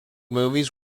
movies